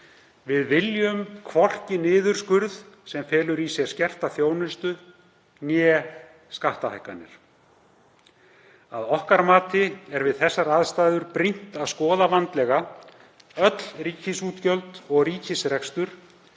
Við viljum hvorki niðurskurð sem felur í sér skerta þjónustu né skattahækkanir. Að okkar mati er brýnt við þessar aðstæður að skoða vandlega öll ríkisútgjöld og ríkisrekstur,